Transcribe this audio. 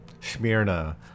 Smyrna